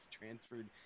transferred